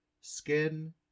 skin